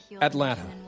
Atlanta